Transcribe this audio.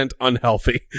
unhealthy